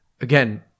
again